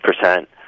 percent